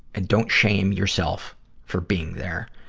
and don't shame yourself for being there.